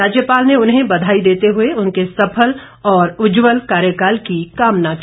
राज्यपाल ने उन्हें बधाई देते हुए उनके सफल और उज्जवल कार्यकाल की कामना की